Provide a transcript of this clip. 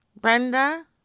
Brenda